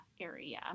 area